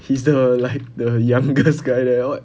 he's the like the youngest guy there [what]